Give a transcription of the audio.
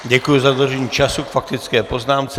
Děkuji za dodržení času k faktické poznámce.